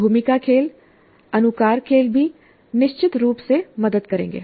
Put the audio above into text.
भूमिका खेल अनुकार खेल भी निश्चित रूप से मदद करेंगे